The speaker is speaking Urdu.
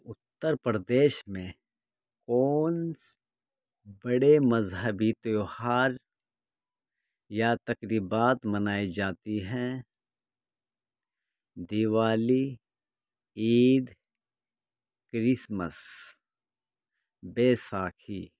اتر پردیش میں کون بڑے مذہبی تہوار یا تقریبات منائی جاتی ہیں دیوالی عید کرسمس بیساکی